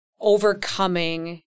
overcoming